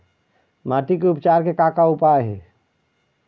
माटी के उपचार के का का उपाय हे?